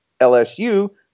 LSU